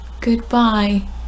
goodbye